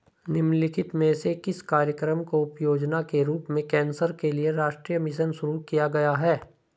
निम्नलिखित में से किस कार्यक्रम को उपयोजना के रूप में कैंसर के लिए राष्ट्रीय मिशन शुरू किया गया है?